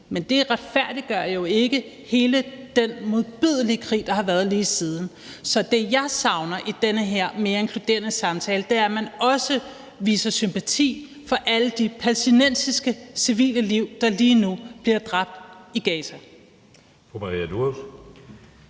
Men det retfærdiggør jo ikke hele den modbydelige krig, der har været lige siden. Så det, jeg savner i den her mere inkluderende samtale, er, at man også viser sympati for alle de palæstinensiske civile, der lige nu bliver dræbt i Gaza.